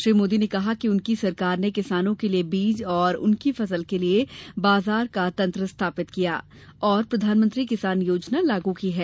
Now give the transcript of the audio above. श्री मोदी ने कहा कि उनकी सरकार ने किसानों के लिए बीज और उनकी फसल के लिए बाजार का तंत्र स्थापित किया और प्रधानमंत्री किसान योजना लाग की है